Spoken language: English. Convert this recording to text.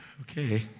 Okay